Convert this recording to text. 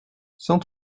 cent